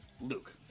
Luke